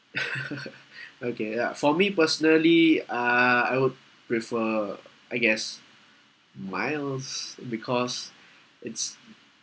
okay lah for me personally uh I would prefer I guess miles because it's